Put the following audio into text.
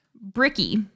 Bricky